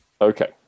Okay